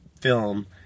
film